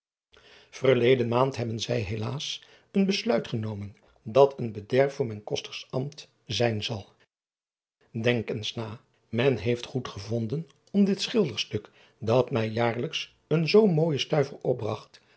erleden maand hebben zij helaas een besluit genomen dat een bederf voor mijn kostersambt zijn zal enk eens na men heeft goedgevonden om dit schilderstuk dat mij jaarlijks een zoo mooijen stuiver opbragt